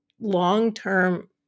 long-term